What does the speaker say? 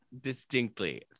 distinctly